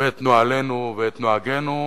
ואת נהלינו ואת נהגינו.